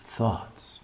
thoughts